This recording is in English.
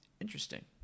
interesting